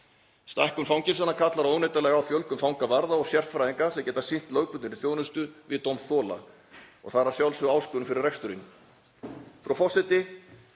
Stækkun fangelsanna kallar óneitanlega á fjölgun fangavarða og sérfræðinga sem geta sinnt lögbundinni þjónustu við dómþola og það er að sjálfsögðu áskorun fyrir reksturinn. Frú forseti.